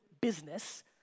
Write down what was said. business